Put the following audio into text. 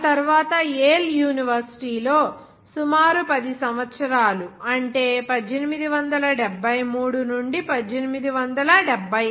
ఆ తరువాత Yale university లో సుమారు 10 సంవత్సరాలు అంటే 1873 1876